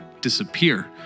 disappear